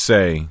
Say